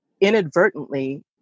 inadvertently